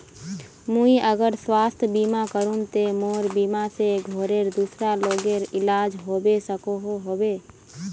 मुई अगर स्वास्थ्य बीमा करूम ते मोर बीमा से घोरेर दूसरा लोगेर इलाज होबे सकोहो होबे?